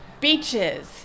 beaches